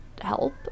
help